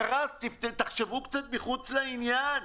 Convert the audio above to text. תחשבו קצת מחוץ לעניין.